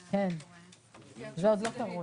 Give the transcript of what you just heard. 15:28.)